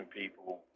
people